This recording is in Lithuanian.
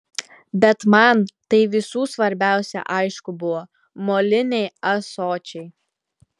bet man tai visų svarbiausia aišku buvo moliniai ąsočiai